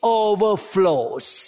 overflows